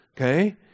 okay